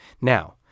Now